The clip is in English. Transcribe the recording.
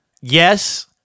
yes